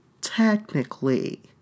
Technically